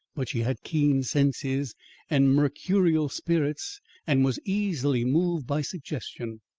but she had keen senses and mercurial spirits and was easily moved by suggestion.